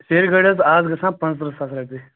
سیرِ گٲڑۍ حظ اَز گژھان پانٛژٕترٕٛہ ساس رۄپیہِ